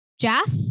Jeff